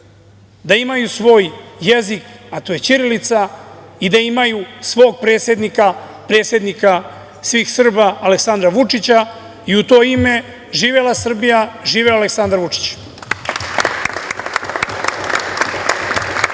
da imaju svoj jezik, a to je ćirilica i da imaju svog predsednika, predsednika svih Srba, Aleksandra Vučića.U to ime, živela Srbija, živeo Aleksandar Vučić.